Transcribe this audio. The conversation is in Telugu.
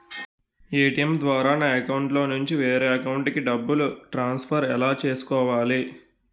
ఏ.టీ.ఎం ద్వారా నా అకౌంట్లోనుంచి వేరే అకౌంట్ కి డబ్బులు ట్రాన్సఫర్ ఎలా చేసుకోవాలి?